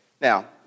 Now